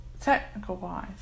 technical-wise